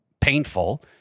painful